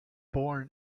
born